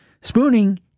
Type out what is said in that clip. spooning